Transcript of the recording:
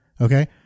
okay